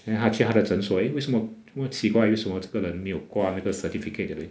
then 他去她的诊所 eh 为什么这么奇怪为什么这个人没有挂那个 certificate 的 leh